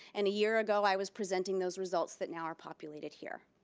and a year ago i was presenting those results that now are populated here.